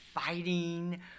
fighting